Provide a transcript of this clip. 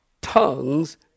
tongues